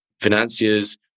financiers